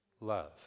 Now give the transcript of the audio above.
love